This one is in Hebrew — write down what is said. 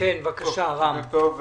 בוקר טוב,